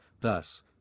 thus